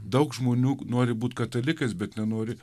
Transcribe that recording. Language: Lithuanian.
daug žmonių nori būt katalikais bet nenori